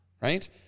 right